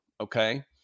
okay